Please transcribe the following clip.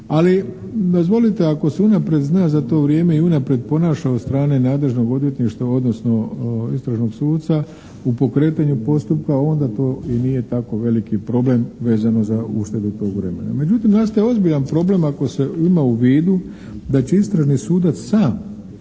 ali dozvolite ako se unaprijed zna za to vrijeme i unaprijed ponaša od strane nadležnog odvjetništva, odnosno istražnog suca u pokretanju postupka onda to i nije tako veliki problem, vezano za uštedu tog vremena. Međutim, nastaje ozbiljan problem, ako se ima u vidu da će istražni sudac sam